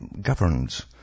governed